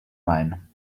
mine